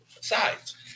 sides